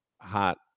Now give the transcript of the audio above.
hot